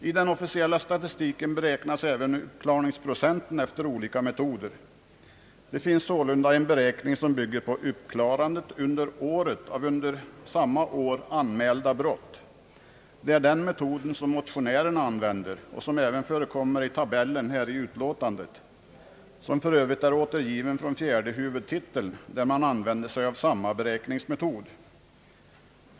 I den officiella statistiken beräknas även uppklaringsprocenten efter olika metoder. En beräkningsmetod bygger på uppklarandet under året av under samma år anmälda brott. Det är den metoden som motionärerna använder. Den förekommer även i tabellen i det här utlåtandet och är för övrigt återgiven från fjärde huvudtiteln, där man använder sig av samma beräkningsmetod.